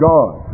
God